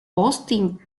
posting